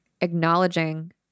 acknowledging